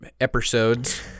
episodes